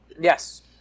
Yes